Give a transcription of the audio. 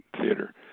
theater